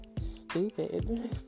stupid